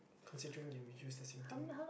considering you use the same thing